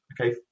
Okay